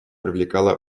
привлекало